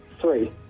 Three